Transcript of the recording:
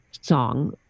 song